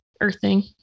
earthing